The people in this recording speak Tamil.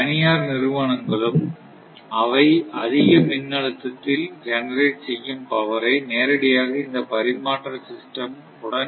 தனியார் நிறுவனங்களும் அவை அதிக மின் அழுத்தத்தில் ஜெனரேட் செய்யும் பவரை நேரடியாக இந்த பரிமாற்ற சிஸ்டம் உடன் இணைக்க முடியும்